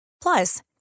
Plus